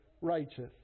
righteous